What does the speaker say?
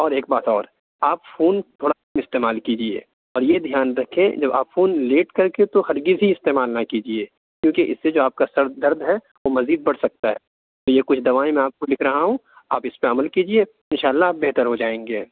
اور ایک بات اور آپ فون تھوڑا استعمال کیجیے اور یہ دھیان رکھیں جب آپ فون لیٹ کر کے تو ہرگز ہی استعمال نہ کیجیے کیونکہ اس سے جو آپ کا سر درد ہے وہ مزید بڑھ سکتا ہے یہ کچھ دوائیں میں آپ کو لکھ رہا ہوں آپ اس پہ عمل کیجیے ان شاء اللہ آپ بہتر ہو جائیں گے